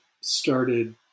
started